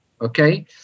Okay